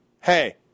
hey